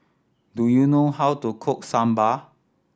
do you know how to cook Sambar